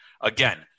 Again